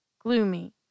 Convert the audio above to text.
gloomy